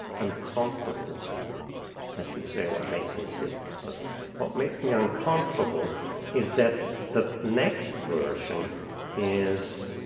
uncomfortable i should say what makes me sick, but what makes me uncomfortable is that the next version is